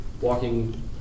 walking